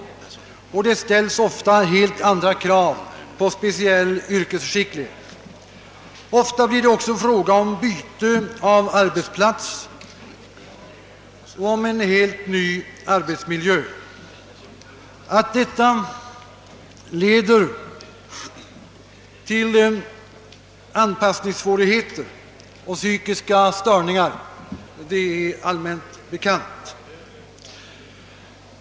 Nu ställs ofta helt andra krav på speciell yrkesskicklighet. Inte sällan blir det också fråga om byte av arbetsplats och arbete i en helt ny arbetsmiljö. Att detta leder till anpassningssvårigheter och psykiska störningar är allmänt bekant.